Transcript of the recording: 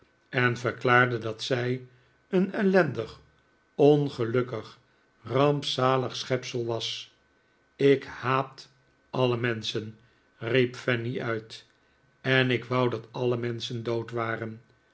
en verklaarde dat zij een ellendig ongelukkig rampzalig schepsel was ik haat alle menschen riep fanny uit en ik wou dat alle menschen dood waren